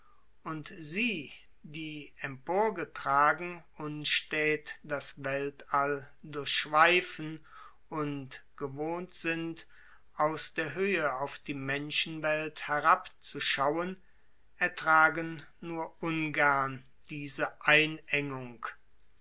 und sie die emporgetragen unstät das weltall durchschweifen und gewohnt sind aus der höhe auf die menschenwelt herabzuschauen ertragen nur ungern diese einengung